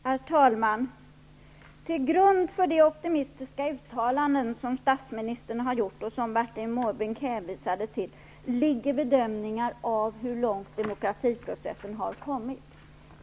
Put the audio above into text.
Herr talman! Till grund för de optimistiska uttalanden som statsministern har gjort och som Bertil Måbrink hänvisade till ligger bedömningar av hur långt demokratiprocessen har kommit.